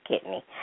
kidney